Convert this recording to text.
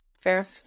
fair